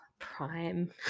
Prime